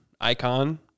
icon